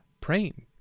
praying